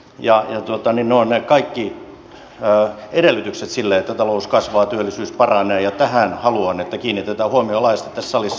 dynaamisessa taloudessa tehdyt uudistukset ovat kaikki edellytys sille että talous kasvaa työllisyys paranee ja tähän haluan että kiinnitetään huomiota laajasti tässä salissa